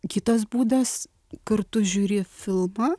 kitas būdas kartu žiūri filmą